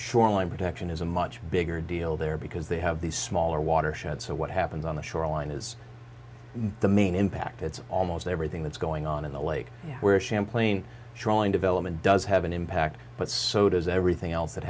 shoreline protection is a much bigger deal there because they have these smaller watershed so what happens on the shoreline is the main impact it's almost everything that's going on in the lake where champlain drawing development does have an impact but so does everything else that